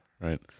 right